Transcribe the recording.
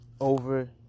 over